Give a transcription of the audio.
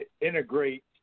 integrate